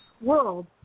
world